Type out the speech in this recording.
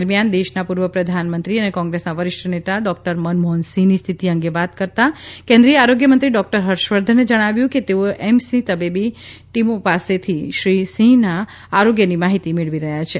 દરમિયાન દેશના પૂર્વ પ્રધાનમંત્રી અને કોંગ્રેસના વરિષ્ઠ નેતા ડોકટર મનમોહન સિંહની સ્થિતિ અંગે વાત કરતાં કેન્દ્રીય આરોગ્ય મંત્રી ડોકટર હર્ષવર્ધને જણાવ્યું છે કે તેઓ એમ્સની તબીબી ટીમોપાસેથી શ્રી સિંહના આરોગ્યની માહિતી મેળવી રહ્યા છે